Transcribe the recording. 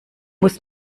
muss